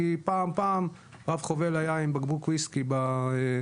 כי פעם רב חובל היה עם בקבוק ויסקי בקבינה.